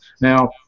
Now